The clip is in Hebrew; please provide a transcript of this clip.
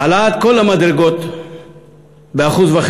העלאת כל המדרגות ב-1.5%,